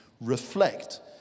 reflect